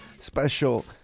Special